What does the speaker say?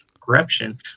corruption